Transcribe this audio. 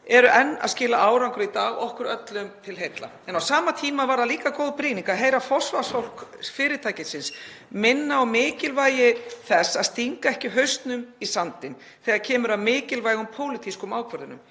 eru enn að skila árangri í dag, okkur öllum til heilla. Á sama tíma var það líka góð brýning að heyra forsvarsfólk fyrirtækisins minna á mikilvægi þess að stinga ekki hausnum í sandinn þegar kemur að mikilvægum pólitískum ákvörðunum.